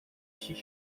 kişiyi